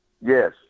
Yes